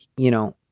you know,